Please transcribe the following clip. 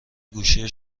گوشی